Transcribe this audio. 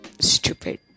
stupid